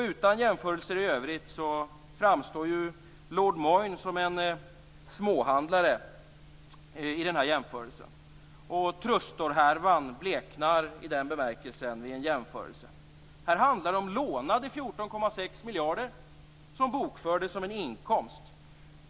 Utan jämförelser i övrigt framstår lord Moyne som en småhandlare i sammanhanget, och Trustorhärvan bleknar i den bemärkelse som det gäller. Här handlar det om lånade 14,6 miljarder som bokfördes som en inkomst.